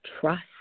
trust